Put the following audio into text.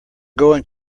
going